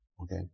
Okay